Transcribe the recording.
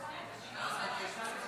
לא, אבל יש הצמדה.